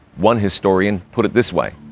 one historian put it this way.